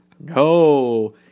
No